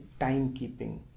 timekeeping